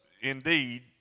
indeed